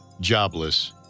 jobless